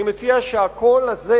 אני מציע שהקול הזה,